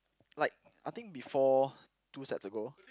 like I think before two sets ago